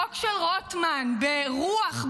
חוק של רוטמן ברוח,